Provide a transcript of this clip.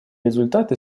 результаты